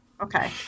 Okay